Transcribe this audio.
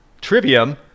Trivium